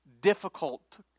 difficult